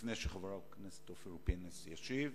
לפני שחבר הכנסת אופיר פינס ידבר,